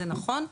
זה נכון,